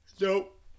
Nope